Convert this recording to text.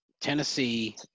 Tennessee